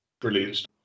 brilliant